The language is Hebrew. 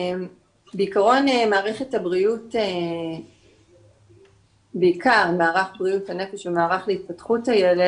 בעיקרון מערכת הבריאות בעיקר מערך בריאות הנפש ומערך להתפתחות הילד,